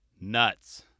nuts